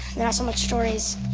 yeah so much stories